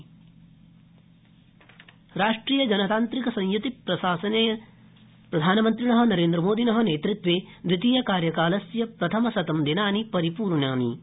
मन्त्रिण राष्ट्रीयजनतान्त्रिक संयुति प्रशासनेन प्रधानमन्त्रिण नरेन्द्रमोदिन नेतृत्वे द्वितीयकार्यकालस्य प्रथमशतं दिनानि पूर्णानि कृताति